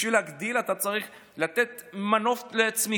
בשביל להגדיל אתה צריך לתת מנוף לצמיחה,